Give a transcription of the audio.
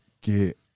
get